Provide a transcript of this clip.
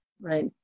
right